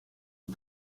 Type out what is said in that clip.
est